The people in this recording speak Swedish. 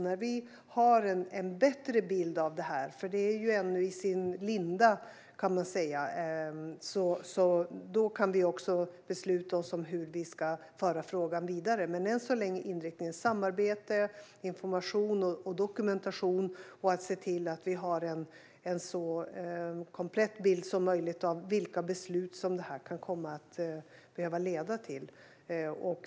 När vi har en bättre bild av detta - det hela är ju ännu i sin linda - kan vi också besluta hur vi ska föra frågan vidare. Men än så länge är inriktningen samarbete, information och dokumentation och att vi ska få en så komplett bild som möjligt av vilka beslut som detta kan behöva leda till.